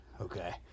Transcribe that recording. Okay